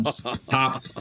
top